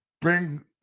bring